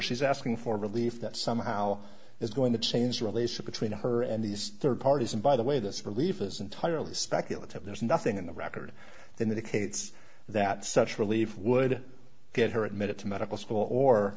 she's asking for relief that somehow is going to change the relation between her and these rd parties and by the way this belief is entirely speculative there's nothing in the record in the decades that such relief would get her admitted to medical school or